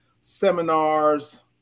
seminars